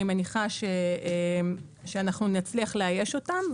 אני מניחה שנצליח לאייש אותם.